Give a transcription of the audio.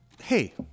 hey